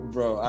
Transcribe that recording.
Bro